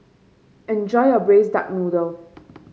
enjoy your Braised Duck Noodle